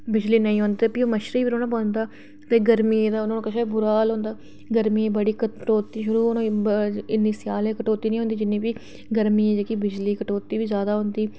बिजली नेईं औंदी ते भी ओह् मच्छरै च गै रौह्ना पौंदा ते गर्मियें च नुहाड़े कशा बी बुरा हाल होंदा गर्मियें च भी कटौती शुरू होई जंदी इन्नी सेआलै निं कटौती होंदी गर्मियें ई भी बिजली दी कटौती बी जैदा शुरू होंदी